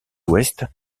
ouest